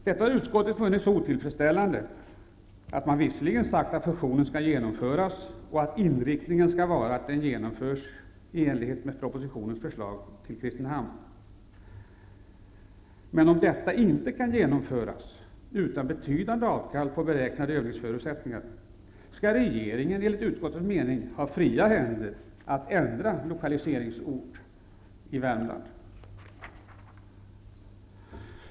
Detta har utskottet funnit så otillfredsställande att man visserligen sagt att fusionen skall genomföras och att inriktningen skall vara att den genomförs i enlighet med propositionens förslag i Kristinehamn. Men om detta inte kan genomföras utan betydande avkall på beräknade övningsförutsättningar skall regeringen, enligt utskottets mening, ha fria händer att ändra lokaliseringsort i Värmland.